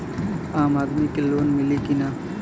आम आदमी के लोन मिली कि ना?